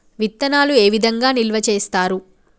విత్తనాలు ఏ విధంగా నిల్వ చేస్తారు?